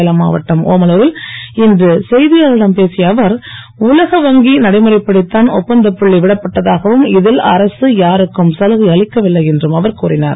சேலம் மாவட்டம் ஒமலூரில் இன்று செய்தியாளர்களிடம் பேசிய அவர் வங்கி நடைமுறைப்படித்தான் ஒப்பந்தப்புள்ளி விடப்பட்டதாகவும் இதில் அரக யாருக்கும் சலுகை அளிக்கவில்லை என்றும் அவர் கூறினார்